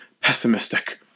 pessimistic